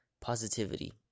Positivity